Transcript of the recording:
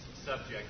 subject